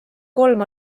kolm